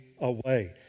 away